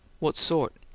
what sort?